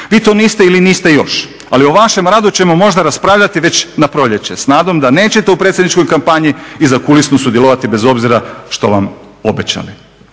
Vi to niste ili niste još, ali o vašem radu ćemo možda raspravljati već na proljeće s nadom da nećete u predsjedničkoj kampanji i zakulisno sudjelovati bez obzira što vam obećali.